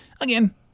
again